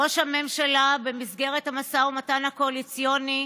ראש הממשלה, במסגרת המשא ומתן הקואליציוני,